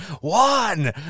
one